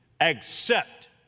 accept